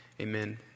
Amen